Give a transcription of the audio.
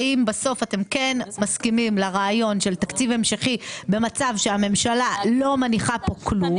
האם אתם מסכימים לרעיון של תקציב המשכי במצב שהממשלה לא מניחה פה כלום?